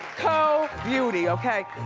co. beauty, okay,